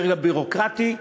בדרג הביורוקרטי,